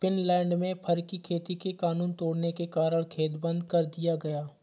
Finland में fur की खेती के कानून तोड़ने के कारण खेत बंद कर दिया गया